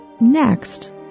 Next